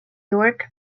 york